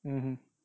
mm